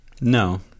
No